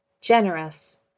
generous